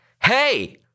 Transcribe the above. Hey